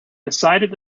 decided